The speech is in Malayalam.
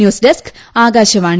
news desk Akashvani